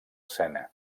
sena